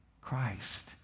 Christ